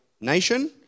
nation